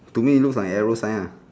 to me looks like arrow sign ah